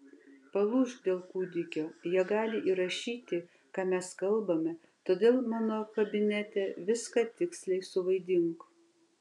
palūžk dėl kūdikio jie gali įrašyti ką mes kalbame todėl mano kabinete viską tiksliai suvaidink